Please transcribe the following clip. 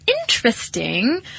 interesting